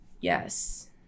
Yes